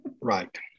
Right